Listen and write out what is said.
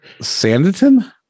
Sanditon